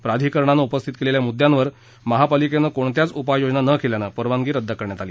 प्राधिकरणानं उपस्थित केलेल्या मुद्द्यावर महापालिकेनं कोणत्याच उपाय योजना न केल्यानं परवानगी रद्द करण्यात आली